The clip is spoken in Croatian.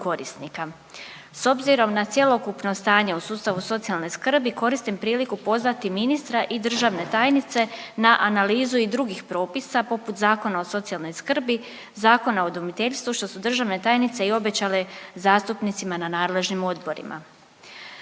S obzirom na cjelokupno stanje u sustavu socijalne skrbi, koristim priliku pozvati ministra i državne tajnice na analizu i drugih propisa, poput Zakona o socijalnoj skrbi, Zakona o udomiteljstvu, što su državne tajnice i obećale zastupnicima na nadležnim odborima.